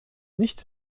nicht